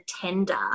tender